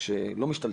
שלא משתלטים,